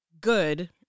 good